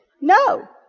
No